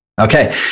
okay